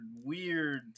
weird